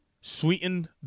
sweetened